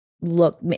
look